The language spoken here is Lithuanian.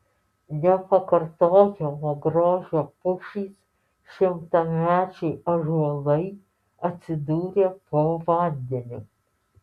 nepakartojamo grožio pušys šimtamečiai ąžuolai atsidūrė po vandeniu